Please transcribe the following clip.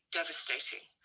devastating